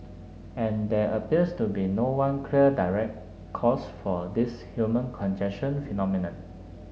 and there appears to be no one clear direct cause for this human congestion phenomenon